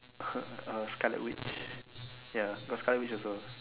uh Scarlet-Witch ya got Scarlet-Witch also